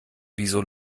wieso